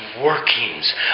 workings